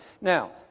Now